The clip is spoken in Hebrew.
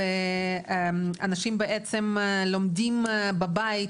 ואנשים בעצם לומדים בבית,